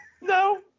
No